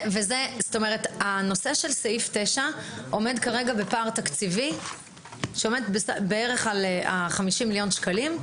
הנושא של סעיף 9 עומד כרגע בפער תקציבי של בערך 50 מיליון שקלים.